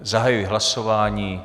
Zahajuji hlasování.